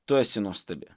tu esi nuostabi